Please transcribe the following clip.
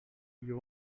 you